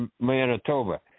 Manitoba